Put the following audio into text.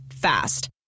fast